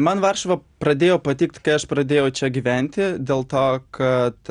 man varšuva pradėjo patikt kai aš pradėjau čia gyventi dėl to kad